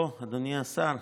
אוה, אדוני השר,